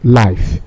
life